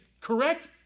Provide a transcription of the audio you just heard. correct